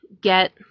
get